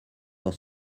dans